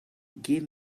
give